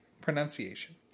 pronunciation